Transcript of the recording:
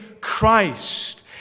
Christ